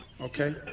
okay